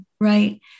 right